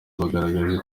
bagaragaje